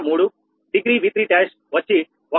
803 degree V31 వచ్చి 1